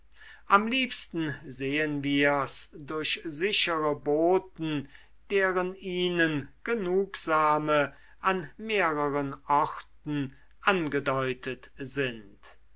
am liebsten sehen wir's durch sichere boten deren ihnen genugsame an mehreren orten angedeutet sind